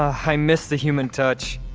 i miss the human touch.